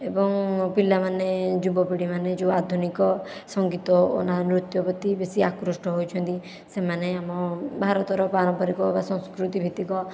ଏବଂ ପିଲାମାନେ ଯୁବ ପିଢ଼ିମାନେ ଯେଉଁ ଆଧୁନିକ ସଂଗୀତ ଓ ନୃତ୍ୟ ପ୍ରତି ବେଶି ଆକୃଷ୍ଟ ହେଉଛନ୍ତି ସେମାନେ ଆମ ଭାରତର ପାରମ୍ପାରିକ ବା ସଂସ୍କୃତିଭିତ୍ତିକ